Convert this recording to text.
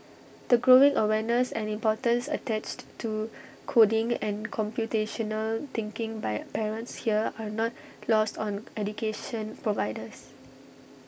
the growing awareness and importance attached to coding and computational thinking by parents here are not lost on education providers